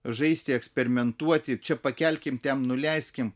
žaisti eksperimentuoti čia pakelkim ten nuleiskim